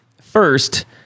First